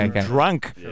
drunk